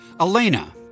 Elena